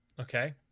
okay